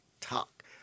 talk